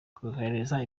kohereza